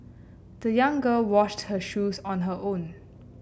the young girl washed her shoes on her own